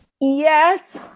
Yes